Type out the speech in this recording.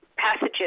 passages